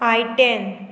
I ten